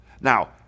Now